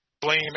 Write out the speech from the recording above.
blame